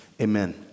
amen